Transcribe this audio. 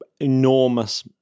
enormous